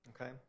Okay